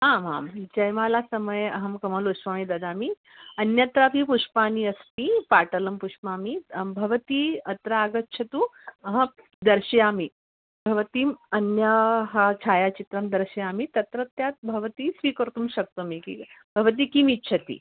आमाम् जयमालासमये अहं कमलपुष्पाणि ददामि अन्यत्रापि पुष्पाणि अस्ति पाटलं पुष्पाणि भवती अत्र आगच्छतु अहं दर्शयामि भवतीम् अन्य छायाचित्रं दर्शयामि तत्रत्यात् भवती स्वीकर्तुं शक्तुं कीग भवती किम् इच्छति